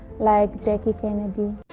like jackie kennedy.